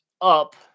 up